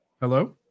Hello